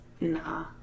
Nah